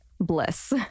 Bliss